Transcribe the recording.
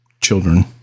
children